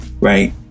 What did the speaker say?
Right